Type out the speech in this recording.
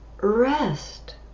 rest